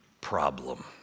problem